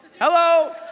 hello